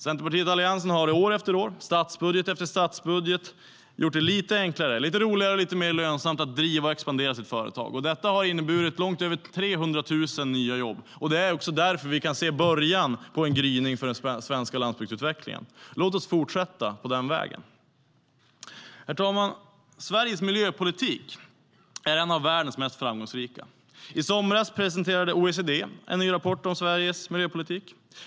Centerpartiet och Alliansen har år efter år, i statsbudget efter statsbudget, gjort det lite enklare, lite roligare och lite mer lönsamt att driva och expandera sitt företag. Detta har inneburit långt över 300 000 nya jobb. Det är också därför vi nu kan se en början till en gryning för den svenska landsbygdsutvecklingen. Låt oss fortsätta på den vägen. Herr talman! Sveriges miljöpolitik är en av världens mest framgångsrika. I somras presenterade OECD en ny rapport om Sveriges miljöpolitik.